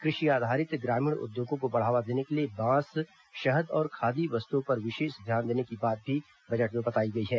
कृषि आधारित ग्रामीण उद्योगों को बढ़ावा देने के लिए बांस शहद और खादी वस्तुओं पर विशेष ध्यान देने की बात भी बजट में बताई गई है